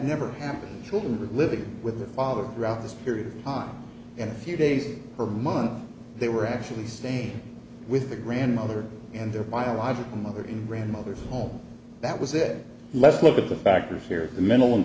never happens children living with followed throughout this period and a few days or months they were actually staying with the grandmother and their biological mother in grandmother's home that was it let's look at the factors here of the mental and